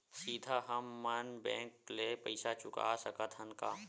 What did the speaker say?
सीधा हम मन बैंक ले पईसा चुका सकत हन का?